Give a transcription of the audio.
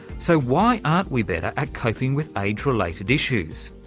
so why aren't we better at coping with age-related issues?